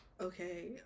Okay